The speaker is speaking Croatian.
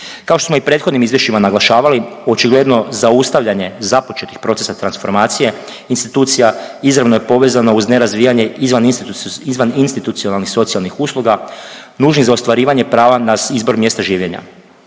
Kao što smo i u prethodnim izvješćima naglašavali, očigledno zaustavljanje započetih procesa transformacije institucija, izravno je povezano uz nerazvijanje izvaninstitucionalnih socijalnih usluga nužnih za ostvarivanje prava na izbor mjesta življenja.